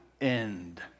end